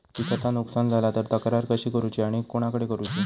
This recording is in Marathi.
पिकाचा नुकसान झाला तर तक्रार कशी करूची आणि कोणाकडे करुची?